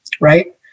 right